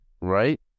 right